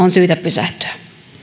on syytä pysähtyä